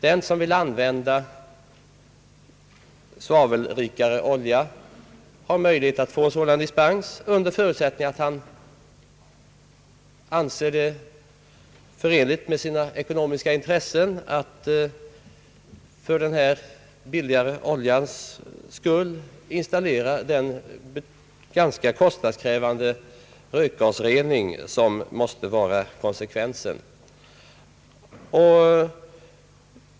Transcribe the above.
Den som vill använda svavelrikare olja har möjlighet att få dispens därtill under förutsättning att han anser det förenligt med sina ekonomiska intressen att för denna billigare oljas skull installera den ganska kostnadskrävande rökgasrening som måste bli konsekvensen.